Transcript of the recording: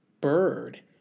bird